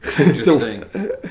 Interesting